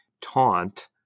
taunt